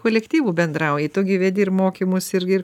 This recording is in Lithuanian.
kolektyvų bendrauji tu gyveni ir mokymus irgi ir